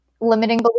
limiting